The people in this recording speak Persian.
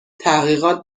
تحقیقات